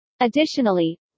additionally